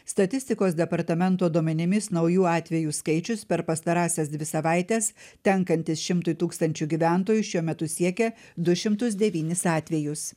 statistikos departamento duomenimis naujų atvejų skaičius per pastarąsias dvi savaites tenkantis šimtui tūkstančių gyventojų šiuo metu siekia du šimtus devynis atvejus